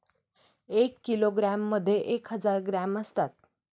एक किलोग्रॅममध्ये एक हजार ग्रॅम असतात